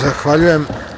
Zahvaljujem.